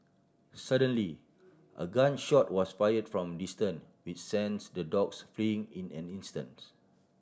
suddenly a gun shot was fired from a distance with sends the dogs fleeing in an instants